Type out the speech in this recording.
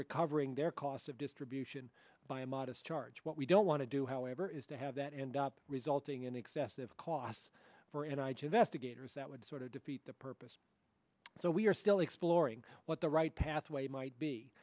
recovering their cost of distribution by a modest charge what we don't want to do however is to have that end up resulting in excessive costs for and i jest a gator's that would sort of defeat the purpose so we are still exploring what the right pathway might be